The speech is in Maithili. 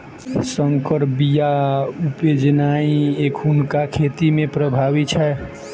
सँकर बीया उपजेनाइ एखुनका खेती मे प्रभावी छै